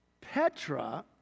Petra